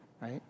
right